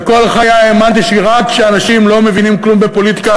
וכל חיי האמנתי שרק כשאנשים לא מבינים כלום בפוליטיקה